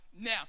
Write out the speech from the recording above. now